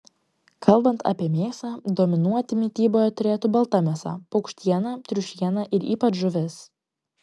kalbant apie mėsą dominuoti mityboje turėtų balta mėsa paukštiena triušiena ir ypač žuvis